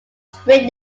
street